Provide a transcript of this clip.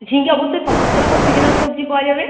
ঝিঙে অবশ্যই সমস্ত রকম সিজনাল সবজি পাওয়া যাবে